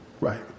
Right